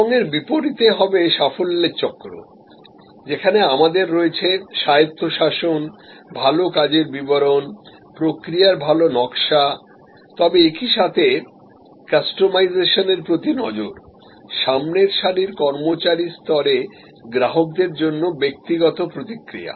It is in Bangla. এবং এর বিপরীতে হবে সাফল্যের চক্র যেখানে আমাদের রয়েছে স্বায়ত্তশাসন ভাল কাজের বিবরণ প্রক্রিয়ার ভালো নকশা তবে একই সাথে কাস্টমাইজেশনের প্রতি নজর সামনের সারির কর্মচারী স্তরে গ্রাহকদের জন্য ব্যক্তিগত প্রতিক্রিয়া